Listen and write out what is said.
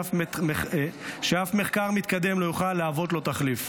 שאף מחקר מתקדם לא יוכל להוות לו תחליף.